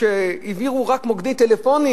שהעבירו רק מוקדי טלפונים,